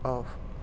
off